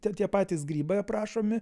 tie tie patys grybai aprašomi